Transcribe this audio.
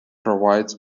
provides